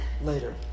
later